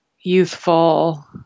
youthful